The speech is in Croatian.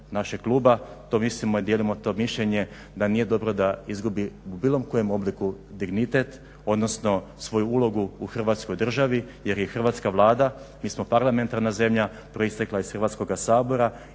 našeg kluba, to mislimo i dijelimo to mišljenje, da nije dobro da izgubi u bilo kojem obliku dignitet, odnosno svoju ulogu u Hrvatskoj državi jer je Hrvatska vlada, mi smo parlamentarna zemlja, proistekla iz Hrvatskoga sabora